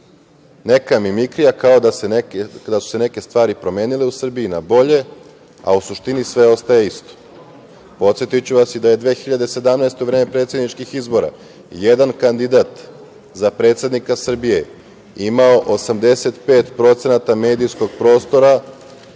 neka mimikrija, kao da su se neke stvari promenile u Srbiji na bolje, a u suštini sve ostaje isto. Podsetiću vas i da je 2017. godine, u vreme predsedničkih izbora, jedan kandidat za predsednika Srbija imao 85% medijskog prostora,